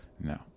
No